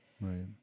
Right